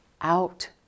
out